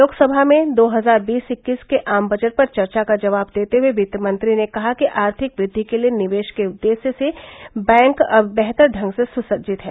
लोकसभा में दो हजार बीस इक्कीस के आम बजट पर चर्चा का जवाब देते हुए वित्तमंत्री ने कहा कि आर्थिक वृद्धि के लिए निवेश के उद्देश्य से बैंक अब बेहतर ढंग से सुसज्जित हैं